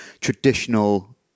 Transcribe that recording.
traditional